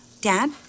Dad